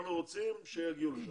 אנחנו רוצים שיגיעו לשם.